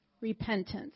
Repentance